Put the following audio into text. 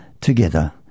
together